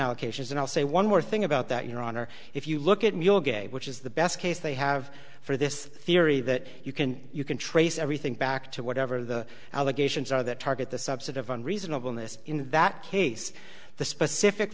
allocations and i'll say one more thing about that your honor if you look at your gate which is the best case they have for this theory that you can you can trace everything back to whatever the allegations are that target the subset of an reasonable in this in that case the specific